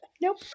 Nope